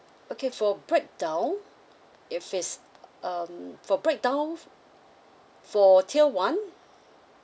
okay for breakdown if is um for breakdown f~ for tier one